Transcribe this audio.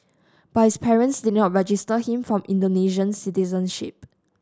but his parents did not register him for Indonesian citizenship